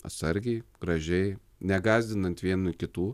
atsargiai gražiai negąsdinant vieni kitų